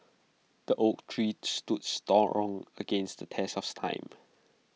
the oak tree stood strong against the test of time